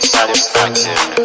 Satisfaction